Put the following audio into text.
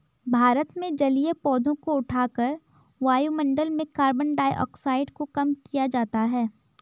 भारत में जलीय पौधों को उठाकर वायुमंडल में कार्बन डाइऑक्साइड को कम किया जाता है